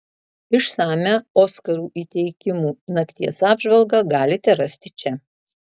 išsamią oskarų įteikimų nakties apžvalgą galite rasti čia